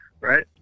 right